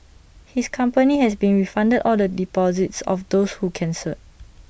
his company has been refunded all the deposits of those who cancelled